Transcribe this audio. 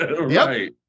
Right